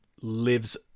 lives